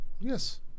Yes